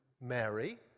Mary